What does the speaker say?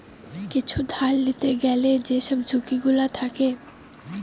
কিছু ধার লিতে গ্যালে যেসব ঝুঁকি গুলো থাকে